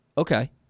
Okay